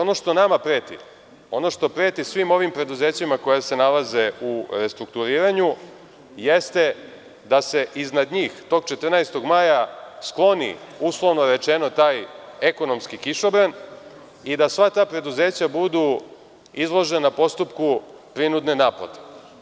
Ono što nama preti, ono što preti svim ovim preduzećima koja se nalaze u restrukturiranju, jeste da se iznad njih tog 14. maja skloni, uslovno rečeno, taj ekonomski kišobran i da sva ta preduzeća budu izložena postupku prinudne naplate.